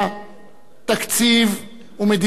תקציב ומדיניות ציבורית,